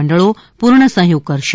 મંડળો પૂર્ણ સહયોગ કરશે